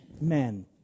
men